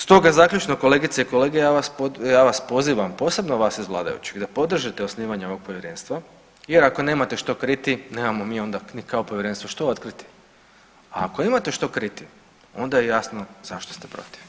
Stoga zaključno kolegice i kolege, ja vas pozivam, posebno vas iz vladajućih da podržite osnivanje ovog povjerenstva jer ako nemate što kriti nemamo mi onda ni kao povjerenstvo što otkriti, a ako imate što kriti onda je jasno zašto ste protiv.